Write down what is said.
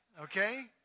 Okay